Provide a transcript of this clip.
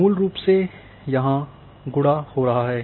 मूल रूप से यह यहाँ गुणा हो रहा है